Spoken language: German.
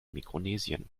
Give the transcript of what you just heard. mikronesien